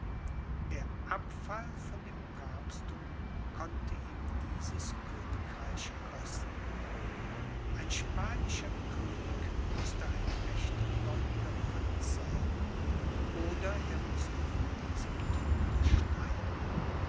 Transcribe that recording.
der abfall von dem papstthum konnte ihm dieses königreich kosten ein spanischer könig mußte ein rechtgläubiger prinz sein oder er mußte von diesem throne steigen